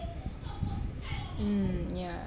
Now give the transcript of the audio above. mm yah